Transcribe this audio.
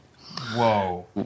Whoa